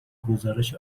گزارش